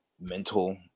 mental